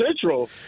Central